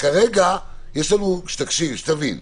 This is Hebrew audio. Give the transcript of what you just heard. כרגע שתבין,